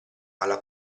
alla